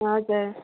हजुर